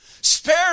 Spare